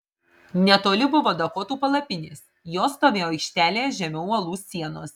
netoli buvo dakotų palapinės jos stovėjo aikštelėje žemiau uolų sienos